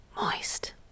Moist